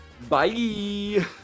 Bye